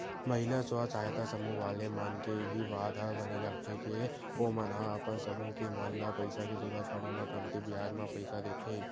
महिला स्व सहायता समूह वाले मन के इही बात ह बने लगथे के ओमन ह अपन समूह के मन ल पइसा के जरुरत पड़े म कमती बियाज म पइसा देथे